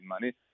money